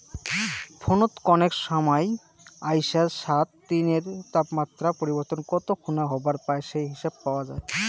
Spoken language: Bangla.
ফোনত কনেক সমাই আইসা সাত দিনের তাপমাত্রা পরিবর্তন কত খুনা হবার পায় সেই হিসাব পাওয়া যায়